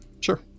Sure